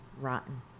rotten